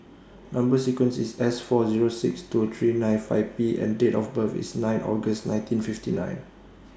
Number sequence IS S four Zero six two three nine five P and Date of birth IS nine August nineteen fifty nine